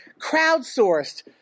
crowdsourced